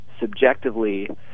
subjectively